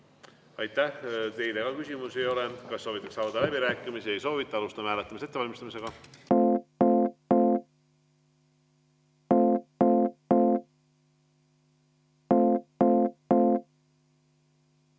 Aitäh! Teile ka küsimusi ei ole. Kas soovitakse avada läbirääkimisi? Ei soovita. Alustame hääletamise ettevalmistamisega. Head